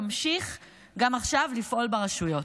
תמשיך גם עכשיו לפעול ברשויות.